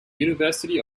university